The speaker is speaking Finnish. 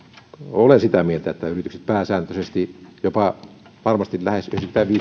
olen sitä mieltä että yritykset pääsääntöisesti varmasti ainakin yhdeksänkymmentäviisi